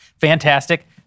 fantastic